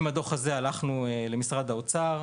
עם הדו"ח הזה הלכנו למשרד האוצר.